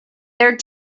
their